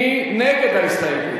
מי נגד ההסתייגות?